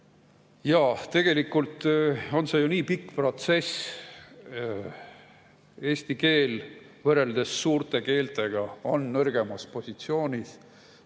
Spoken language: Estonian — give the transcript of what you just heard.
Jaa, tegelikult on see ju nii pikk protsess. Eesti keel võrreldes suurte keeltega on nõrgemas positsioonis.